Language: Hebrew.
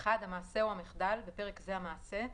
המעשה או המחדל (בפרק זה ה מעשה),